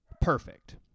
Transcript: perfect